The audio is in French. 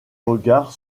regard